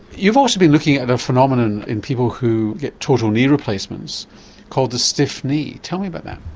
you've also been looking at a phenomenon in people who get total knee replacements called the stiff knee tell me about that.